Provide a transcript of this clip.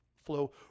flow